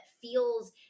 feels